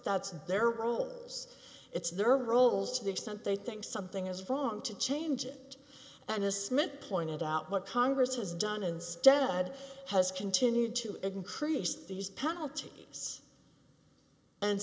that's their role is it's their roles to the extent they think something is wrong to change it and as smith pointed out what congress has done is dad has continued to increase these penalties and